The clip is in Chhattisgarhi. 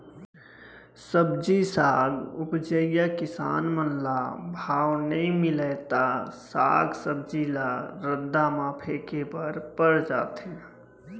सब्जी साग उपजइया किसान मन ल भाव नइ मिलय त साग सब्जी ल रद्दा म फेंके बर पर जाथे